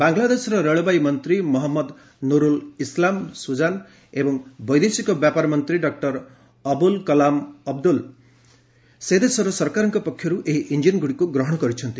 ବାଂଲାଦେଶର ରେଳବାଇ ମନ୍ତ୍ରୀ ମହମ୍ମଦ ନୁରୁଲ୍ ଇସ୍ଲାମ୍ ସୁଜାନ ଏବଂ ବୈଦେଶିକ ବ୍ୟାପାର ମନ୍ତ୍ରୀ ଡକ୍କର ଅବ୍ଲ୍ କଲାମ୍ ଅବଦ୍ର୍ଲ୍ ସେଦେଶର ସରକାରଙ୍କ ପକ୍ଷରୁ ଏହି ଇଞ୍ଜିନ୍ଗୁଡ଼ିକୁ ଗ୍ରହଣ କରିଛନ୍ତି